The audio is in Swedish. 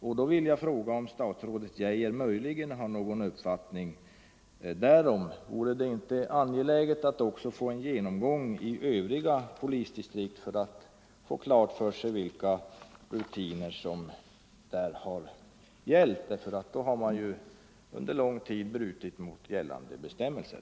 Jag vill därför fråga om statsrådet Geijer möjligen har någon uppfattning därom. Vore det inte angeläget att också få en genomgång av övriga polisdistrikt för att få klarlagt vilka rutiner som där har gällt? Om man i andra lokala polisorganisationer har handlat på samma sätt som i Kalix har man kanske under lång tid brutit mot gällande bestämmelser.